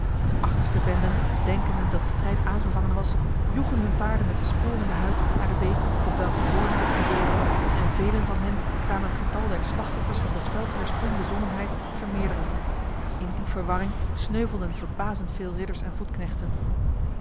de achterste benden denkende dat de strijd aangevangen was joegen hun paarden met de spoor in de huid naar de beek op welkers boorden dit gebeurde en velen van hen kwamen het getal der slachtoffers van des veldheers onbezonnenheid vermeerderen in die verwarring sneuvelden verbazend veel ridders en voetknechten